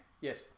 Yes